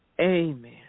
Amen